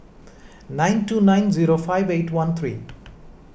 nine two nine zero five eight one three